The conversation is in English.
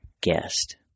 Guest